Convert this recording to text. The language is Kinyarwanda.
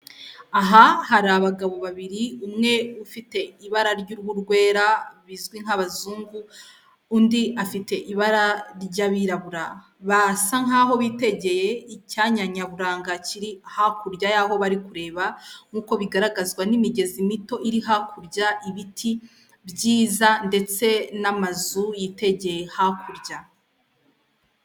Aha hari abagabo babili umwe ufite ibara ry'uhuruhu rwera bizwi nk'abazungu undi afite ibara ry'abirabura, basa nk'aho bitegeye icyanya nyaburanga kiri hakurya y'aho bari kureba nk'uko biragazwa n'imigezi mito iri hakurya, ibiti byiza ndetse n'amazu yitegeye hakurya.